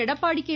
Edappadi K